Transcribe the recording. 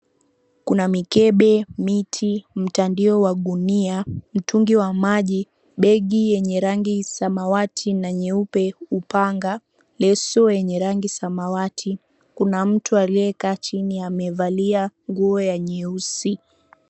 Kuna mikebe, miti, mtandio wa gunia, mtungi wa maji, begi yenye rangi samawati na nyeupe, upanga, leso wenye rangi samawati. Kuna mtu aliyekaa chini amevalia nguo ya nyeusi.